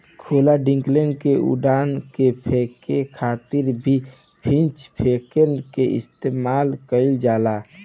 खुला डंठल के उठा के फेके खातिर भी पिच फोर्क के इस्तेमाल कईल जाला